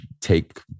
take